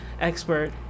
expert